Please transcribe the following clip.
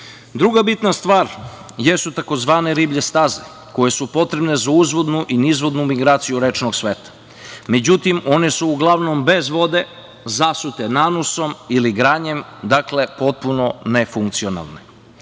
bitna stvar jesu tzv. riblje staze koje su potrebne za uzvodnu i nizvodnu migraciju rečnog sveta. Međutim, one su uglavnom bez vode, zasute nanosom ili granjem, dakle, potpuno nefunkcionalne.